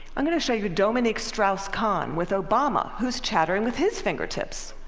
i'm going to show you dominique strauss-kahn with obama who's chattering with his fingertips.